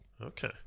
Okay